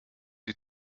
die